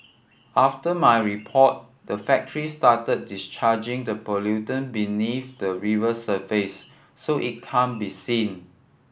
after my report the factory started discharging the pollutant beneath the river surface so it can't be seen